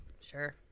Sure